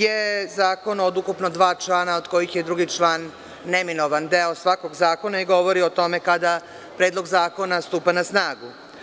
je zakon od ukupno dva člana, od kojih je drugi član neminovan deo svakog zakona i govori o tome kada Predlog zakona stupa na snagu.